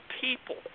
people